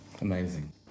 amazing